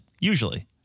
Usually